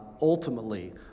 ultimately